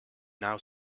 now